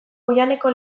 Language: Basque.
oihaneko